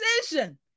decision